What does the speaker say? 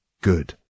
good